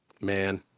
man